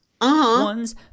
ones